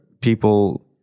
people